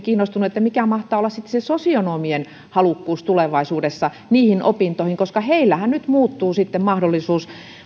kiinnostunut siitä mikä mahtaa olla sitten sosionomien halukkuus tulevaisuudessa niihin opintoihin koska heillähän nyt muuttuu sitten mahdollisuus